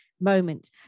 moment